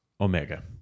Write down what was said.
Omega